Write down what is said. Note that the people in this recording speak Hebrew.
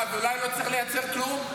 אז אולי לא צריך לייצר כלום?